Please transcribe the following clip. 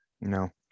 no